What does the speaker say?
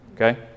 okay